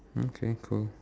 okay cool